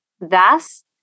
Thus